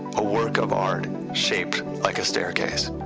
a work of art, shaped like a staircase.